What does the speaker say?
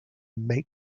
mate